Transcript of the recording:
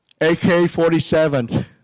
AK-47